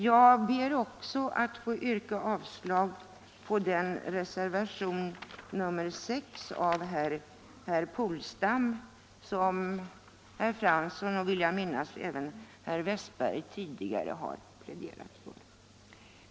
Jag ber också att få yrka avslag på reservationen 6 av herr Polstam, m.fl., en reservation som herrar Fransson och Westberg i Ljusdal har pläderat för.